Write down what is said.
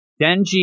Denji